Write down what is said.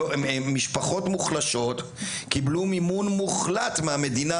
משפחות מוחלשות קיבלו מימון מוחלט מהמדינה,